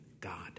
God